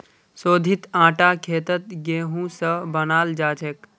शोधित आटा खेतत गेहूं स बनाल जाछेक